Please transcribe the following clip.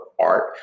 art